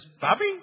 Bobby